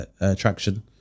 attraction